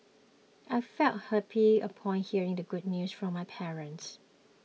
I felt happy upon hearing the good news from my parents